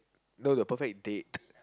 no the perfect date